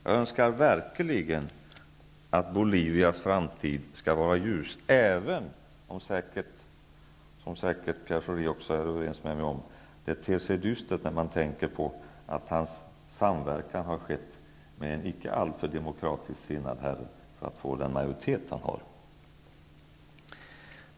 Jag önskar verkligen att Bolivias framtid skall vara ljus, även om det, vilket Pierre Schori säkert är överens med mig om, ter sig dystert när man tänker på att hans samverkan har skett med en icke alltför demokratiskt sinnad herre för att få den majoritet han har.